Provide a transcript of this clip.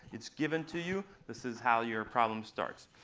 it's given to you. this is how your problem starts.